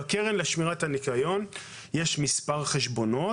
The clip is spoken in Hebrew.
בקרן לשמירת הניקיון יש מספר חשבונות.